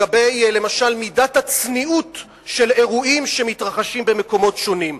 למשל לגבי מידת הצניעות באירועים שמתרחשים במקומות שונים,